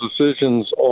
decisions